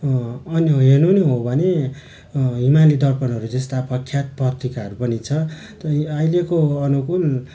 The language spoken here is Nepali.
अनि हेर्नु नै हो भने हिमाली दर्पणहरू जस्ता प्रख्यात पत्रिकाहरू पनि छ तै अहिलेको अनुकूल